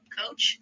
coach